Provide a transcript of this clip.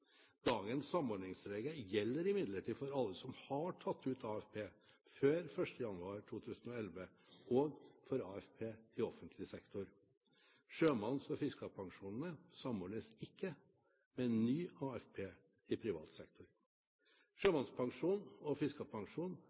Dagens samordningsregler gjelder imidlertid for alle som har tatt ut AFP før 1. januar 2011 og for AFP i offentlig sektor. Sjømanns- og fiskerpensjonene samordnes ikke med ny AFP i privat sektor. Sjømannspensjonen og